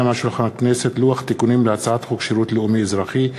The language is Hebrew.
לוח תיקונים להצעת חוק שירות לאומי-אזרחי,